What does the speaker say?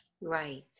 Right